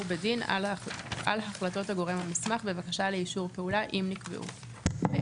בדין על החלטות הגורם המוסמך בבקשה לאישור פעולה אם נקבעו; (ב)